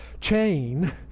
chain